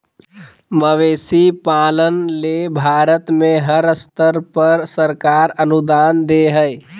मवेशी पालन ले भारत में हर स्तर पर सरकार अनुदान दे हई